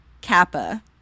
kappa